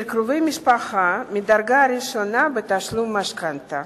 קרובי משפחה מדרגה ראשונה בתשלום משכנתה.